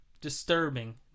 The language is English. disturbing